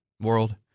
world